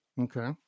Okay